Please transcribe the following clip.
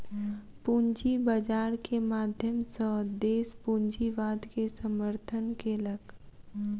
पूंजी बाजार के माध्यम सॅ देस पूंजीवाद के समर्थन केलक